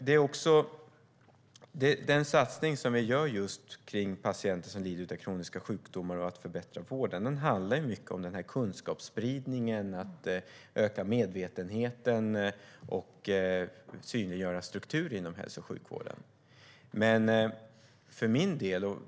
Den satsning som vi gör just på patienter som lider av kroniska sjukdomar och för att förbättra vården handlar mycket om den kunskapsspridningen, att öka medvetenheten och synliggöra strukturer inom hälso och sjukvården.